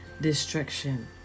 destruction